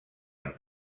amb